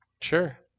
Sure